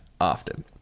often